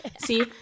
See